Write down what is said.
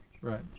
Right